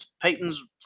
Peyton's